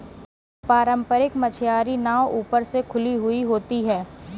पारम्परिक मछियारी नाव ऊपर से खुली हुई होती हैं